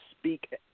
speak